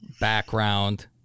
background